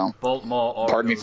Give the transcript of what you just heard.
Baltimore